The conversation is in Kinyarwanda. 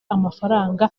amafaranga